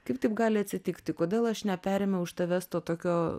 kaip taip gali atsitikti kodėl aš neperėmiau iš tavęs to tokio